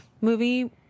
movie